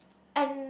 and